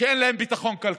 שאין להם ביטחון כלכלי,